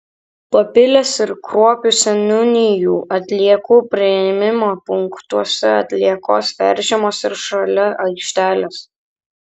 papilės ir kruopių seniūnijų atliekų priėmimo punktuose atliekos verčiamos ir šalia aikštelės